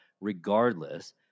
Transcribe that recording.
regardless